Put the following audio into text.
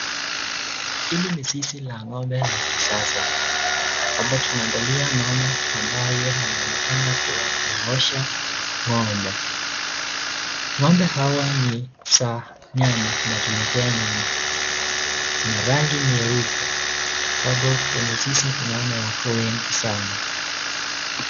Hili ni zizi la ng'ombe la kisasa. Ambao tunaangalia mama ambae anaonekana kuwa anaosha ng'ombe. Ng'ombe hawa ni za nyama inatuletea nyama. Zina rangi nyeupe ambapo kwenye zizi tunaona wako wengine sana.